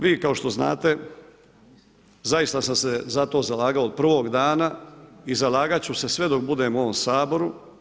Vi kao što znate zaista sam se za to zalagao od prvog dana i zalagati ću se sve dok budem u ovom Saboru.